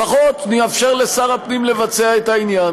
לפחות נאפשר לשר הפנים לבצע את העניין